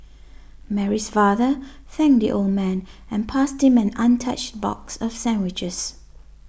Mary's father thanked the old man and passed him an untouched box of sandwiches